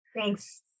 Thanks